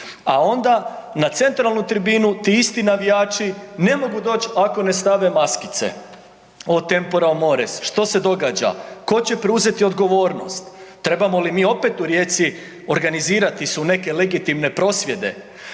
a onda na centralnu tribinu ti isti navijači ne mogu doći ako ne stave maskice. O tempora o mores! Što se događa? Tko će preuzeti odgovornost? Trebamo li mi opet u Rijeci organizirati se u neke legitimne prosvjede.